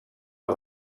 per